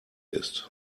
ist